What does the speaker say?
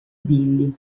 billy